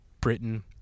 Britain